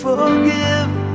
Forgive